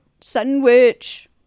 sandwich